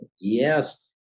Yes